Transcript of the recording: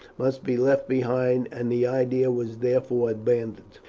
must be left behind, and the idea was therefore abandoned.